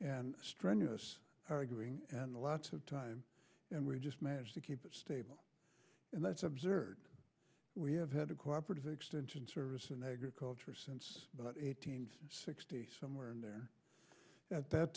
and strenuous arguing and a lot of time and we just manage to keep it stable and that's absurd we have had a cooperative extension service in agriculture since about eight hundred sixty somewhere in there at that